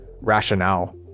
rationale